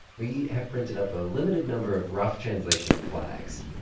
we have printed up a limited number of rough translation flags.